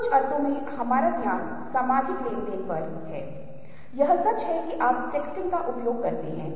अब अस्पष्टताओं को हल करने और दुनिया को समझने के लिए मस्तिष्क भी अपूर्ण डेटा से आकार बनाता है